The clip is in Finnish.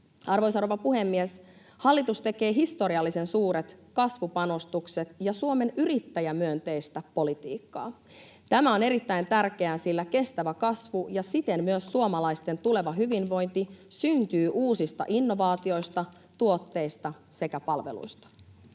Arvoisa rouva puhemies! Hallitus tekee historiallisen suuret kasvupanostukset ja Suomeen yrittäjämyönteistä politiikkaa. Tämä on erittäin tärkeää, sillä kestävä kasvu ja siten myös suomalaisten tuleva hyvinvointi syntyvät uusista innovaatioista, tuotteista sekä palveluista.